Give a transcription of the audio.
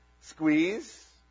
Squeeze